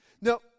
Now